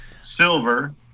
silver